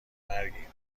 مرگیم